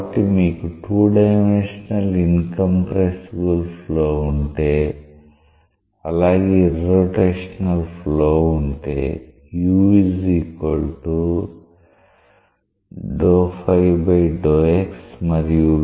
కాబట్టి మీకు 2 dimensional incompressible flow ఉంటే అలాగే ఇర్రోటేషనల్ ఫ్లో ఉంటే మరియు